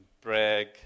brag